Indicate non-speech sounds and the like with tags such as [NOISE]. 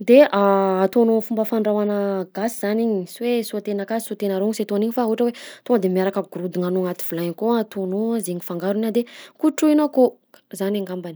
de [HESITATION] ataonao am'fomba fandrahoana gasy zany igny, sy hoe sauté-na akasy sautena aroy, sy atao an'igny fa ohatra hoe tonga de miaraka agorodignanao agnaty vilany akao, ataonao a zaigny fangarony a de kotrohina akao, zany angambany.